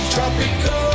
Tropical